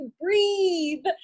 breathe